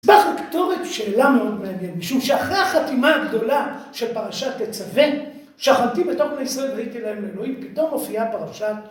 אז באמת לפתור שאלה מאוד מעניינת, משום שאחרי החתימה הגדולה של פרשת תצווה, שכנתי בתוך בני ישראל והייתי להם לאלוהים, פתאום מופיעה פרשת